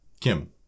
Kim